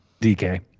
dk